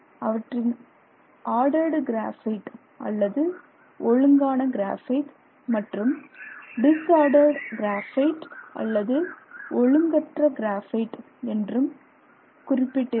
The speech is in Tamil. அவற்றில் ஆர்டர்டு கிராபைட் அல்லது ஒழுங்கான கிராபைட் மற்றும் டிஸ்ஆர்டர்டு கிராபைட் அல்லது ஒழுங்கற்ற கிராபைட் என்றும் குறிப்பிட்டிருக்கும்